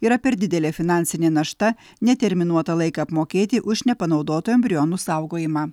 yra per didelė finansinė našta neterminuotą laiką apmokėti už nepanaudotų embrionų saugojimą